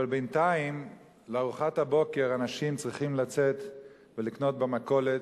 אבל בינתיים לארוחת הבוקר אנשים צריכים לצאת ולקנות במכולת,